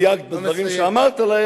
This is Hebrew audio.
שלא דייקת בדברים שאמרת עלי,